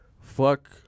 fuck